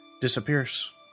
disappears